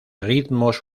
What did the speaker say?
ritmos